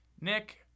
Nick